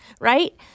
right